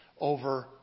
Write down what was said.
over